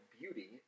beauty